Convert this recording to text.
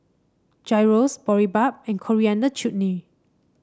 Gyros Boribap and Coriander Chutney